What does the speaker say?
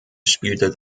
spielte